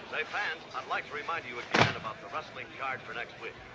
say, fans, i'd like to remind you again about the wrestling card for next week.